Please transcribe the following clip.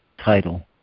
title